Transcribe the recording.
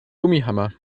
gummihammer